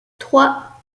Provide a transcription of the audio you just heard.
trois